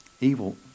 Evil